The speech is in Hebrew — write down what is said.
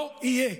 לא יהיה.